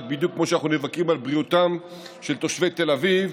בדיוק כמו שאנחנו נאבקים בריאותם של תושבי תל אביב,